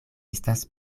estas